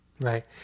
right